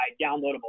downloadable